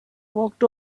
walked